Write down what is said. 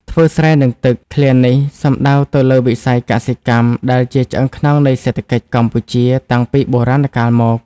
ធ្វើស្រែនឹងទឹក ឃ្លានេះសំដៅទៅលើវិស័យកសិកម្ម ដែលជាឆ្អឹងខ្នងនៃសេដ្ឋកិច្ចកម្ពុជាតាំងពីបុរាណកាលមក។